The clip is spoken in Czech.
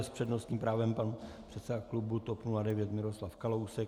S přednostním právem pan předseda klubu TOP 09 Miroslav Kalousek.